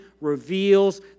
reveals